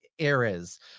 Errors